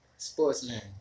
Sportsman